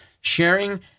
sharing